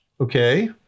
Okay